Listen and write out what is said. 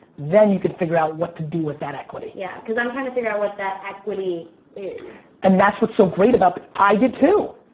then you can figure out what to do with that equity. yeah, cause i'm trying to figure out what that equity is. and that's what so great about. i did, too.